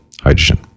hydrogen